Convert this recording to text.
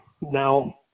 now